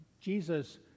Jesus